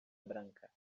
branca